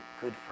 good